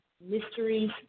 mysteries